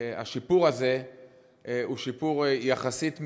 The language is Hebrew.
שהשיפור הזה הוא שיפור יחסית מזערי,